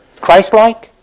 Christ-like